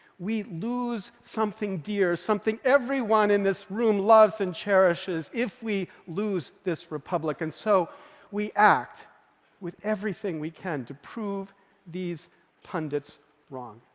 we lose something dear, something everyone in this room loves and cherishes, if we lose this republic, and so we act with everything we can to prove these pundits wrong.